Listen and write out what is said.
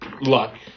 luck